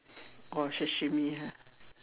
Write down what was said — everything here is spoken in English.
oh sashimi ah